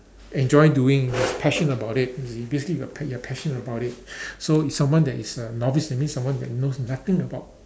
enjoy doing passion about it you see basically you are you are passion about it so if someone that is uh novice that means someone that knows nothing about